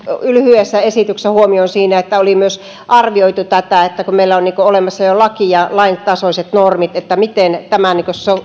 lyhyessä esityksessä huomiota siihen että oli myös arvioitu tätä että kun meillä on olemassa jo laki ja lain tasoiset normit niin miten tämä